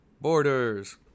Borders